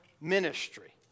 ministry